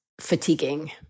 fatiguing